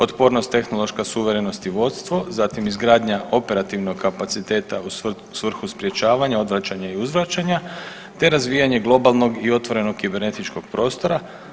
Otpornost, tehnološka suverenost i vodstvo, zatim izgradnja operativnog kapaciteta u svrhu sprječavanja, odvraćanja i uzvraćanja te razvijanje globalnog i otvorenog kibernetičkog prostora.